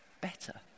better